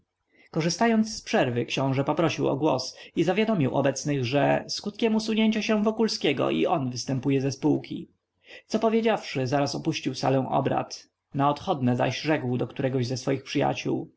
korzystając z przerwy książe poprosił o głos i zawiadomił obecnych że skutkiem usunięcia się wokulskiego i on występuje ze spółki co powiedziawszy zaraz opuścił salę obrad na odchodne zaś rzekł do któregoś ze swoich przyjaciół